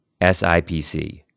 SIPC